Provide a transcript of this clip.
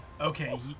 Okay